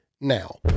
now